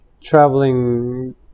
Traveling